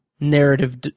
narrative